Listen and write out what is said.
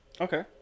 Okay